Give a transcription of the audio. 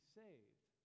saved